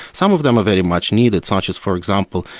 some of them are very much needed, such as, for example,